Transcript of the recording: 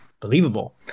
believable